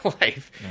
life